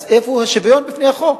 אז איפה השוויון בפני החוק?